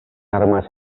armas